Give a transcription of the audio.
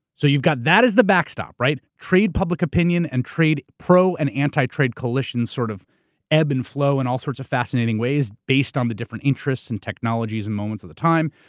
so you've got that as the backstop, right. trade public opinion and trade pro and anti-trade coalitions sort of ebb and flow in all sorts of fascinating ways, based on the different interests, and technologies, and moments of the time.